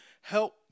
Help